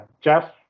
Jeff